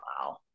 Wow